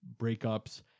breakups